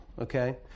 Okay